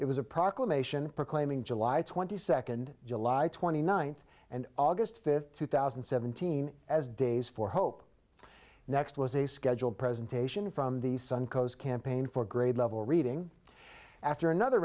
it was a proclamation proclaiming july twenty second july twenty ninth and august fifth two thousand and seventeen as days for hope next was a scheduled presentation from the suncoast campaign for grade level reading after another